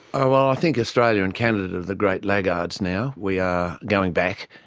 um ah i think australia and canada are the great laggards now, we are going back,